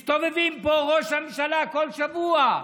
מסתובבים פה ראש הממשלה, כל שבוע,